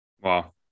Wow